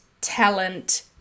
talent